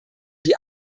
die